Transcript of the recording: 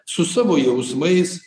su savo jausmais